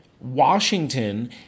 Washington